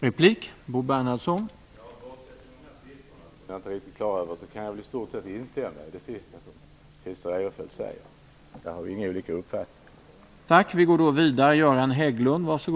Herr talman! Bortsett från nämnda siffror som jag inte är riktigt klar över kan jag i stort sett instämma i det sista som Christer Eirefelt sade. Där har vi alltså inte olika uppfattning.